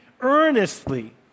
earnestly